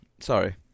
Sorry